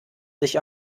sich